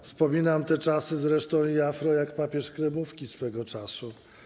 Wspominam te czasy, zresztą i afro, jak papież kremówki swego czasu.